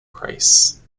price